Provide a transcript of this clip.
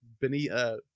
Benita